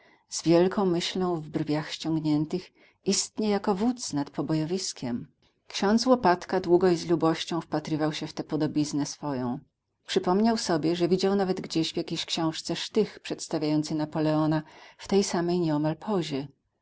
z wielką myślą w brwiach ściągniętych istnie jako wódz nad pobojowiskiem ksiądz łopatka długo i z lubością wpatrywał się w tę podobiznę swoją przypomniał sobie że widział nawet gdzieś w jakiejś książce sztych przedstawiający napoleona w tej samej